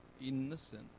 innocent